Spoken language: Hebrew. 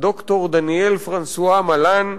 הד"ר דניאל פרנסואה מאלאן,